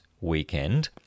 weekend